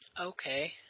Okay